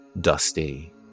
dusty